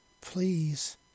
Please